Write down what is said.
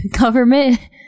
government